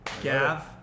Gav